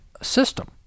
system